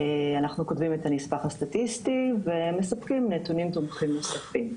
אנחנו כותבים את הנספח הסטטיסטי ומספקים נתונים תומכים נוספים.